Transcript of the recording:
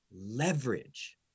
leverage